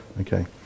Okay